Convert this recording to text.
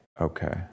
okay